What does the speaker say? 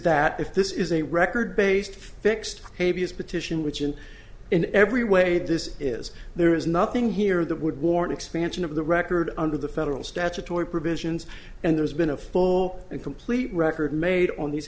that if this is a record based fixed k b s petition which is in every way this is there is nothing here that would warrant expansion of the record under the federal statutory provisions and there's been a full and complete record made on these